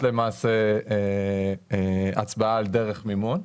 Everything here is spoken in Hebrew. למעשה הצבעה על דרך מימון,